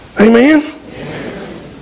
Amen